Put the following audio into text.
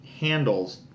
handles